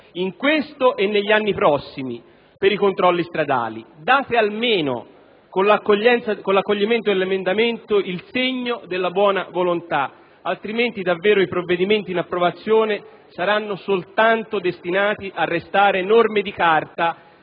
in questo e negli anni prossimi, per i controlli stradali. Date almeno, con l'accoglimento dell'emendamento, il segno della buona volontà; altrimenti, davvero i provvedimenti in approvazione saranno soltanto destinati a restare norme di carta